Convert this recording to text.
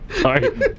Sorry